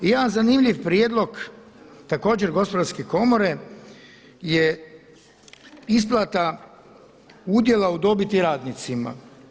I jedan zanimljiv prijedlog također gospodarske komore je isplata udjela u dobiti radnicima.